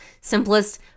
simplest